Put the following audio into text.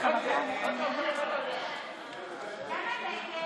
ההצעה להעביר את הצעת חוק סדר הדין הפלילי